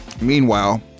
Meanwhile